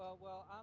ah well,